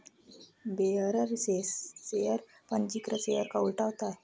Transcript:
bearer share पंजीकृत share का उल्टा होता है